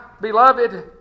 beloved